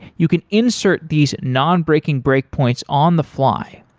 you can insert these nonbreaking breakpoints on the fly.